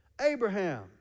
Abraham